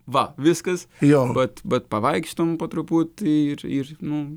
va viskas vat vat pavaikštom po truputį ir ir nu